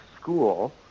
school